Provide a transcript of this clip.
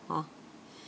hor